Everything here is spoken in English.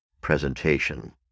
presentation